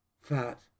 fat